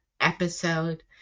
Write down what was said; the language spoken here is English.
episode